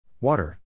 Water